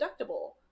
deductible